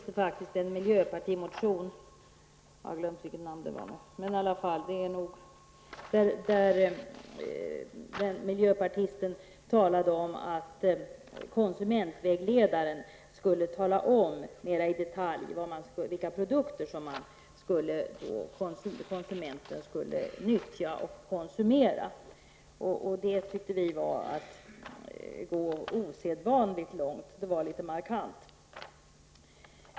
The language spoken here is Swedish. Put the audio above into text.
Det är en miljöpartimotion där miljöpartisten talade om att konsumentvägledaren skulle tala om mera i detalj vilka produkter som konsumenten skulle nyttja och konsumera. Det tyckte vi var att gå osedvanligt långt. Det var litet markant.